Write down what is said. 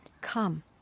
come